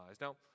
Now